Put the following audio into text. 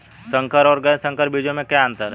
संकर और गैर संकर बीजों में क्या अंतर है?